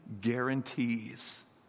guarantees